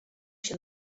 się